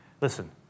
Listen